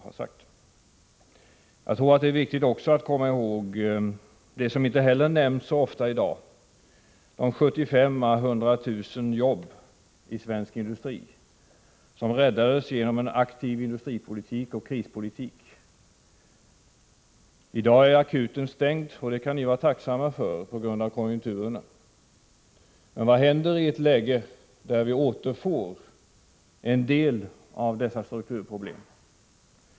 Det är också viktigt att komma ihåg det som inte heller nämns så ofta i dag, de 75 000-100 000 jobb i svensk industri som räddades genom en aktiv industripolitik och krispolitik. I dag är akuten stängd — det kan ni upprätthålla genom konjunkturerna. Men vad händer i ett läge när vi återfår en del av dessa strukturproblem?